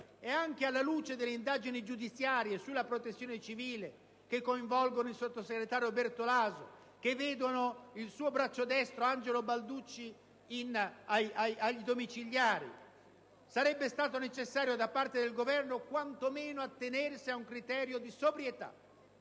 anche alla luce delle indagini giudiziarie che coinvolgono il sottosegretario Bertolaso e vedono il suo braccio destro, Angelo Balducci, agli arresti domiciliari, sarebbe stato necessario, da parte del Governo, quantomeno attenersi a un criterio di sobrietà